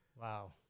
wow